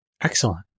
Excellent